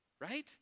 right